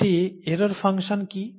একটি error function কি